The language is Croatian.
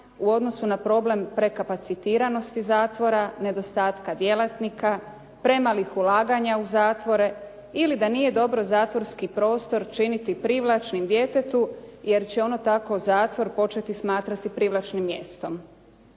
u odnosu na problema prekapacitiranosti zatvora, nedostatka djelatnika, premalih ulaganja u zatvore ili da nije dobro zatvorski prostor činiti privlačnim djetetu jer će ono tako zatvor početi smatrati privlačim mjestom.